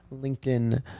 LinkedIn